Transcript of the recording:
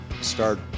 start